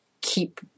keep